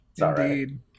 Indeed